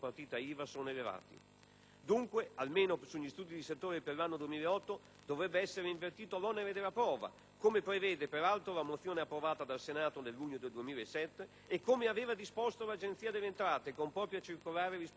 Dunque, almeno sugli studi di settore per l'anno 2008, dovrebbe essere invertito l'onere della prova, come prevede peraltro la mozione approvata dal Senato nel luglio 2007, e come aveva disposto l'Agenzia delle entrate, con propria circolare rispettosa degli indirizzi del Parlamento.